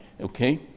okay